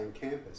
campus